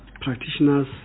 practitioners